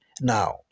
Now